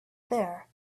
there